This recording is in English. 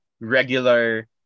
regular